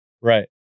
Right